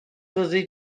fyddi